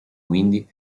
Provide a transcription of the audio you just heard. quindi